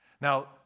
Now